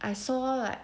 I saw like